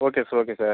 okay sir okay sir